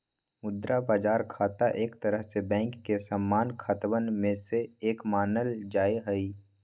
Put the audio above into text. मुद्रा बाजार खाता एक तरह से बैंक के सामान्य खतवन में से एक मानल जाहई